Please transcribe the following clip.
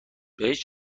بهش